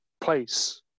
place